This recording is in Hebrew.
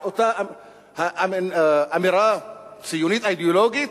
על אותה אמירה ציונית אידיאולוגית,